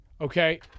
okay